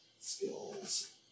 Skills